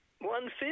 One-fifth